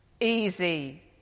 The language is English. Easy